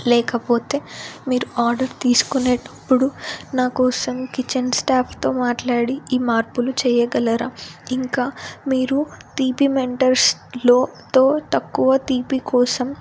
లేకపోతే మీరు ఆర్డర్ తీసుకునేటప్పుడు నాకోసం కిచెన్ స్టాఫ్తో మాట్లాడి ఈ మార్పులు చేయగలరా ఇంకా మీరు తీపి మెంటర్స్లోతో తక్కువ తీపి కోసం